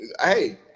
Hey